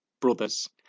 brother's